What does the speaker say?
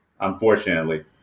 unfortunately